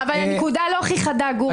הנקודה לא הכי חדה.